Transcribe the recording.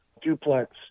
duplex